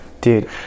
Dude